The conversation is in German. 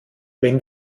wenn